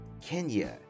Kenya